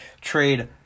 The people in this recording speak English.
Trade